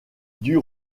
dut